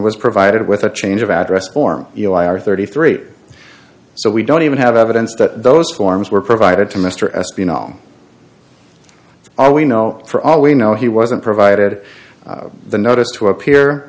and was provided with a change of address form or thirty three so we don't even have evidence that those forms were provided to mr s b in all all we know for all we know he wasn't provided the notice to appear